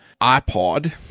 iPod